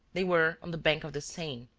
they were on the bank of the seine,